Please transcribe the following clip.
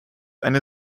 eine